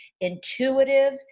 intuitive